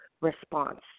response